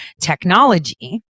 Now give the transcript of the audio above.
technology